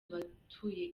abatuye